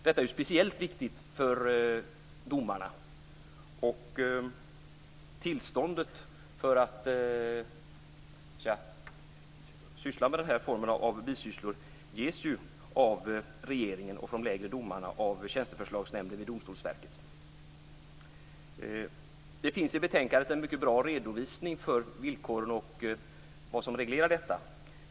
Detta är speciellt viktigt för domarna, och tillståndet för att inneha någon form av bisysslor ges av regeringen. För de lägre domarna är det tjänsteförslagsnämnden vid Domstolsverket som ger tillstånd. I betänkandet finns en mycket bra redovisning av villkoren och av vad som reglerar dem.